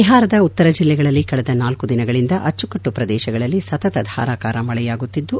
ಬಿಹಾರದ ಉತ್ತರ ಜಿಲ್ಲೆಗಳಲ್ಲಿ ಕಳೆದ ನಾಲ್ಕು ದಿನಗಳಿಂದ ಅಚ್ಚುಕಟ್ಟು ಪ್ರದೇಶಗಳಲ್ಲಿ ಸತತ ಧಾರಾಕಾರ ಮಳೆಯಾಗುತ್ತಿದ್ದು